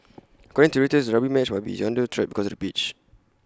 according to Reuters the rugby match might be under threat because of the beach